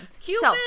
Cupid